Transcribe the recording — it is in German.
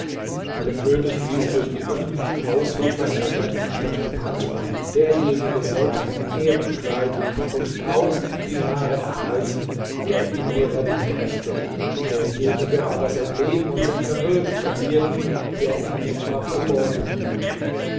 der könig ließ durch die öffentlichen ausrufer in der ganzen stadt bekannt machen derjenige sollte ein ehrenkleid und tausend dinare erhalten der ihm nureddin brächte derjenige aber sein leben und sein vermögen verlieren der ihn etwa verborgen hielte